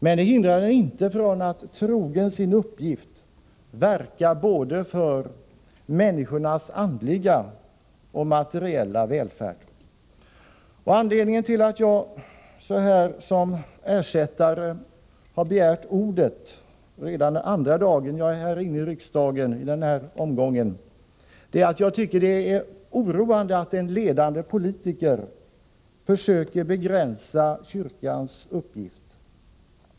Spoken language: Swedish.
Men det hindrar den inte från att, trogen sin uppgift, verka för människornas både andliga och materiella välfärd. Anledningen till att jag som ersättare har begärt ordet redan andra dagen som jag denna omgång är i riksdagen är att det är oroande att en ledande politiker försöker begränsa kyrkans uppgift.